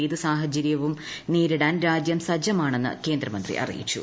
ഏത് സാഹചര്യവും നേരിടാൻ രാജ്യം സജ്ജമാണെന്ന് കേന്ദ്രമന്ത്രി അറിയിച്ചു